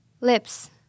lips